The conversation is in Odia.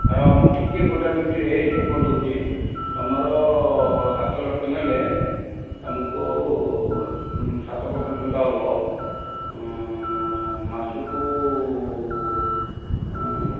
ରୁହ ମୁଁ ଟିକିଏ ଗୋଟେ ମିନିଟ୍ରେ ହିସାବ କରିଦେଉଛି ତୁମର ସାତ ଲକ୍ଷ ନେଲେ ତୁମକୁ ସାତ ପର୍ସେଣ୍ଟ୍ ସୁଧ ହେବ ମାସକୁ